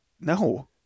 No